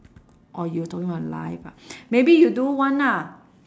orh you talking about live ah maybe you do one lah